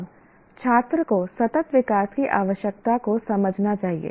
अब छात्र को सतत विकास की आवश्यकता को समझना चाहिए